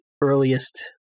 earliest